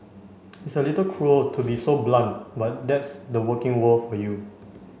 it's a little cruel to be so blunt but that's the working world for you